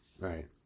right